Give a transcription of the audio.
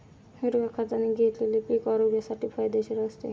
हिरव्या खताने घेतलेले पीक आरोग्यासाठी फायदेशीर असते